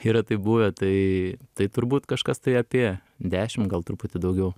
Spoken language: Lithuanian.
yra taip buvę tai tai turbūt kažkas tai apie dešim gal truputį daugiau